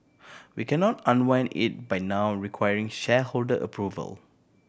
we cannot unwind it by now requiring shareholder approval